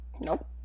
Nope